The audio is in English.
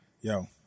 Yo